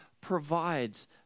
provides